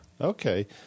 Okay